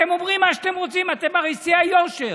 אתם אומרים מה שאתם רוצים, אתם הרי שיא היושר.